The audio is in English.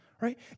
right